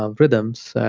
um rhythms.